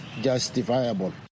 justifiable